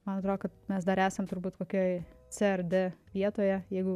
man atrodo kad mes dar esam turbūt kokioj cė ar dė vietoje jeigu